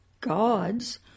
gods